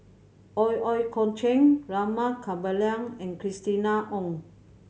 Ooi Kok Chuen Rama Kannabiran and Christina Ong